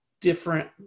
different